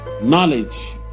Knowledge